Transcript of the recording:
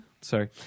Sorry